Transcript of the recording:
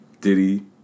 Diddy